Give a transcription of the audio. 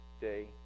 day